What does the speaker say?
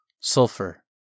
sulfur